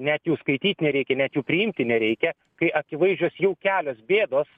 net jų skaityt nereikia net jų priimti nereikia kai akivaizdžios jau kelios bėdos